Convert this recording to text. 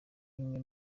bimwe